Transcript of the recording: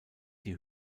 die